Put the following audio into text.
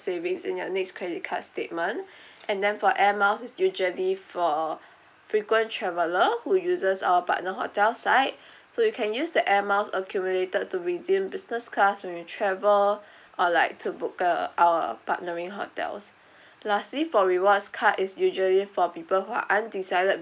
savings in your next credit card statement and then for air miles it's usually for frequent traveller who uses our partner hotel site so you can use the air miles accumulated to redeem business class when you travel or like to book uh our partnering hotels lastly for rewards card it's usually for people who are undecided